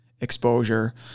exposure